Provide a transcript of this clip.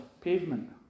pavement